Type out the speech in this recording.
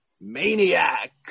Maniac